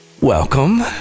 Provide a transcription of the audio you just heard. Welcome